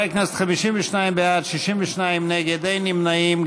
חברי הכנסת, 52 בעד, 62 נגד, אין נמנעים.